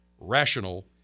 rational